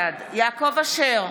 בעד יעקב אשר,